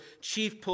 chief